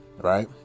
right